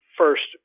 first